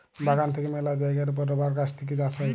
বাগান থেক্যে মেলা জায়গার ওপর রাবার গাছ থেক্যে চাষ হ্যয়